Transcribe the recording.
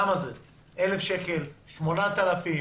אני רוצה שתיתן לי כלים להגיד לה: אין אנשים מתחת לקו העוני.